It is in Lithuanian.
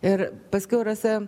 ir paskiau rasa